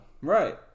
Right